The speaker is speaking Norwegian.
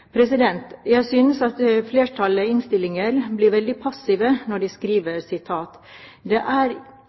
Jeg synes at flertallet i innstillingen blir veldig passivt når de skriver: «Det er